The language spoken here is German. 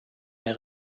mehr